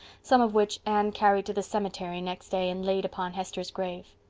some of which anne carried to the cemetery next day and laid upon hester's grave.